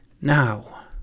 now